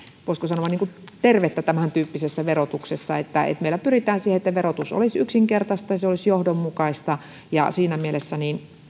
voisiko sanoa tervettä tämäntyyppisessä verotuksessa että meillä pyritään siihen että verotus olisi yksinkertaista ja se olisi johdonmukaista ja siinä mielessä